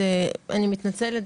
אני מתנצלת,